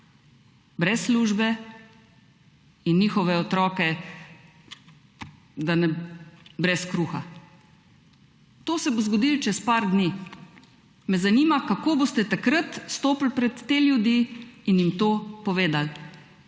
brez službe in njihove otroke brez kruha. To se bo zgodilo čez par dni. Me zanima, kako boste takrat stopili pred te ljudi in jim to povedali,